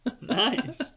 Nice